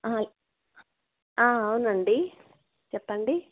అవునండి చెప్పండి